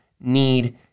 need